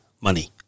money